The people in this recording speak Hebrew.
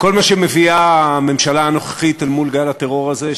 וכל מה שמביאה הממשלה הנוכחית אל מול גל הטרור הזה,